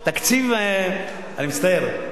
אני מצטער.